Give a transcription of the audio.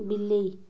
ବିଲେଇ